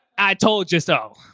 i told you so.